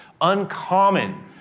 uncommon